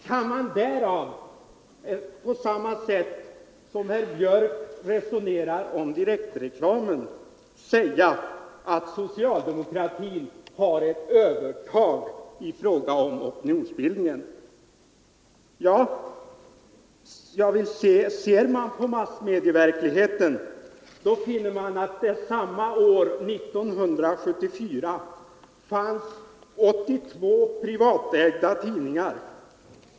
Kan man därav, på samma sätt som herr Björck resonerar om direktreklamen, dra den slutsatsen att socialdemokratin har ett övertag i fråga om opinionsbildningen? Ser man på massmedier i verkligheten finner man att det samma år, 1974, fanns 82 privatägda tidningar.